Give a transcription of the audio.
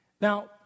Now